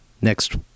next